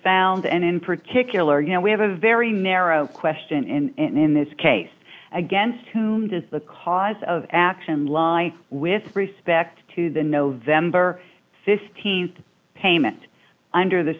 found and in particular you know we have a very narrow question and in this case against whom does the cause of action lie with respect to the nov th payment under the